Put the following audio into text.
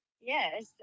yes